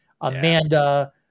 Amanda